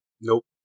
Nope